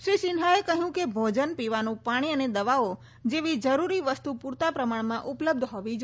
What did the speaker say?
શ્રી સિન્હાએ કહ્યું કે ભોજન પીવાનું પાણી અને દવાઓ જેવી જરૂરી વસ્તુ પુરતા પ્રમાણમાં ઉપલબ્ધ હોવી જોઈએ